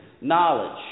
knowledge